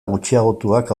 gutxiagotuak